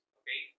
okay